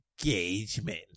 engagement